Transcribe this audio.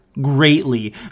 greatly